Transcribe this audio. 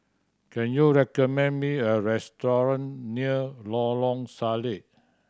can you recommend me a restaurant near Lorong Salleh